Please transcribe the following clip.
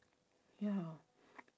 ya